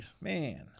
man